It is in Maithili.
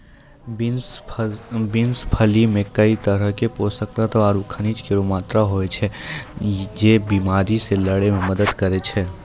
बिन्स फली मे कई तरहो क पोषक तत्व आरु खनिज केरो मात्रा होय छै, जे बीमारी से लड़ै म मदद करै छै